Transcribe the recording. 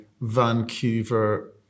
Vancouver